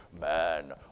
man